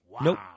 Nope